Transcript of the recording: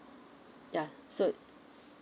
yeah so